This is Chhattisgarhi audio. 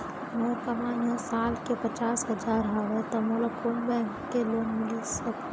मोर कमाई ह साल के पचास हजार हवय त मोला कोन बैंक के लोन मिलिस सकथे?